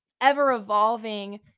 ever-evolving